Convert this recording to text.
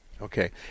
Okay